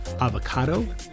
avocado